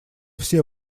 все